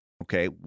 Okay